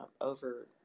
over